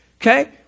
okay